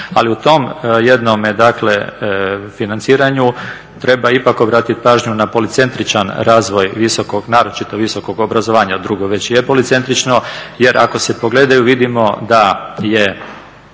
Ali u tom jednome, dakle, financiranju treba ipak obratiti pažnju na policentričan razvoj visokog, naročito visokog obrazovanja, drugo već je policentrično jer ako se pogledaju, vidimo da je